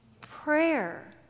Prayer